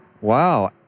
wow